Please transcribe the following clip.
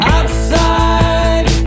Outside